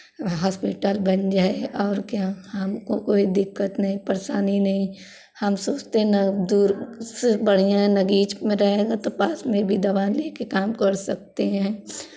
hospital बन जाए और क्या हम को कोई दिक्कत नहीं परेशानी नहीं हम सोचते ना दूर से बढ़ियाँ है नगीच में रहेगा तो पास में भी दवा लेके काम कर सकते हैं